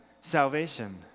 salvation